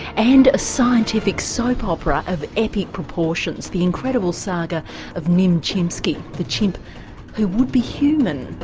and a scientific soap opera of epic proportions the incredible saga of nim chimpsky, the chimp who would be human.